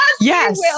yes